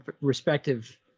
respective